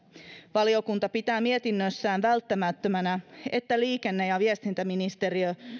valiokunta pitää mietinnössään välttämättömänä että liikenne ja viestintäministeriö